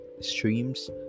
streams